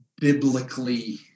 biblically